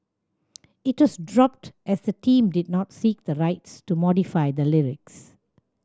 it was dropped as the team did not seek the rights to modify the lyrics